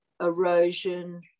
Erosion